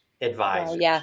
advisors